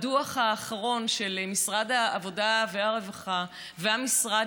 הדוח האחרון של משרד העבודה והרווחה והמשרד